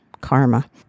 Karma